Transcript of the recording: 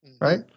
right